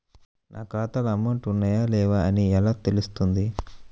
నా ఖాతాలో అమౌంట్ ఉన్నాయా లేవా అని ఎలా తెలుస్తుంది?